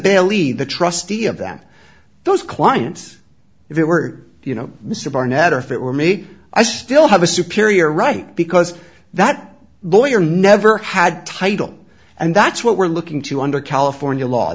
beilein the trustee of that those clients if it were you know mr barnett or if it were me i still have a superior right because that lawyer never had title and that's what we're looking to under california law